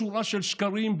שורה של שקרים,